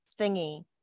thingy